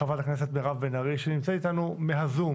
חברת הכנסת מירב בן ארי, שנמצאת איתנו מהזום,